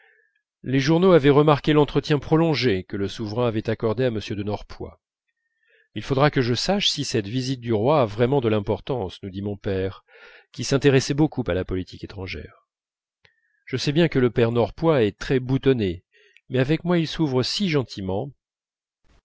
les journaux avaient remarqué l'entretien prolongé que le souverain avait accordé à m de norpois il faudra que je sache si cette visite du roi a vraiment de l'importance nous dit mon père qui s'intéressait beaucoup à la politique étrangère je sais bien que le père norpois est très boutonné mais avec moi il s'ouvre si gentiment